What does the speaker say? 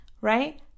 right